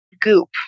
goop